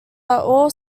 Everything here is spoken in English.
all